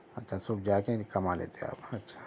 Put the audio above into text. اچھا سب جا کے کما لیتے آپ اچھا